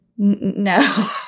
No